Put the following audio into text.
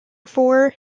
four